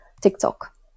TikTok